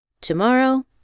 Tomorrow